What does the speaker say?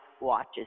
watches